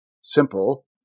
simple